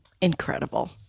Incredible